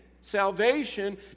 Salvation